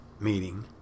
meeting